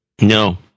No